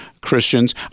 Christians